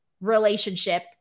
relationship